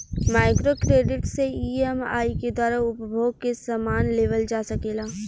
micro credit से EMI के द्वारा उपभोग के समान लेवल जा सकेला